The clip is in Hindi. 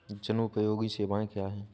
जनोपयोगी सेवाएँ क्या हैं?